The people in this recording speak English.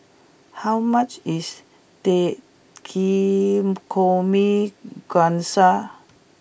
how much is Takikomi Gohan